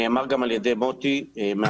נאמר גם על ידי מוטי מהמינהלת,